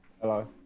Hello